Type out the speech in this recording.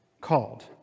called